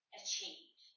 achieve